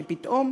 כי פתאום,